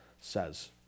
says